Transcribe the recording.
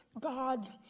God